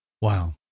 Wow